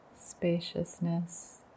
Spaciousness